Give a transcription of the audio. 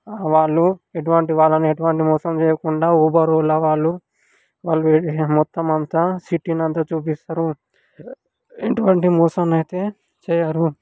వాళ్ళు ఎటువంటి వాళ్ళని ఎటువంటి మోసం చేయకుండా ఊబర్ ఓలా వాళ్ళు వాళ్ళు మొత్తం అంతా సిటీని అంతా చూపిస్తారు ఎటువంటి మోసాన్ని అయితే చేయరు